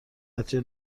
نتیجه